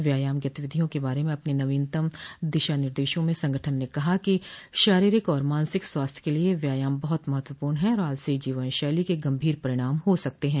व्यायाम गतिविधियों के बारे में अपने नवीनतम दिशा निर्देशों में संगठन ने कहा है कि शारीरिक और मानसिक स्वास्थ्य के लिए व्यायाम बहुत महत्वपूर्ण है और आलसी जीवन शैली के गंभीर परिणाम हो सकते हैं